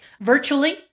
virtually